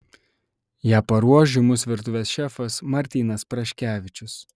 ją paruoš žymus virtuvės šefas martynas praškevičius